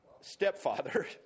stepfather